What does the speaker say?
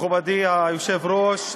מכובדי היושב-ראש,